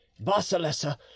Basilessa